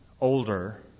older